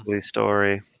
story